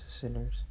sinners